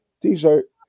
T-shirt